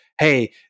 hey